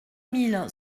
mille